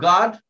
God